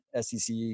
SEC